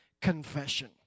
confession